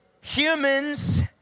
humans